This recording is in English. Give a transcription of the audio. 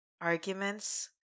arguments